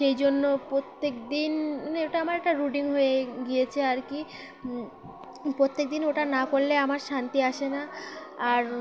সেই জন্য প্রত্যেক দিন মানে ওটা আমার একটা রুটিন হয়ে গিয়েছে আর কি প্রত্যেক দিন ওটা না করলে আমার শান্তি আসে না আর